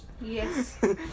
yes